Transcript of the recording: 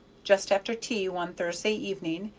just after tea, one thursday evening,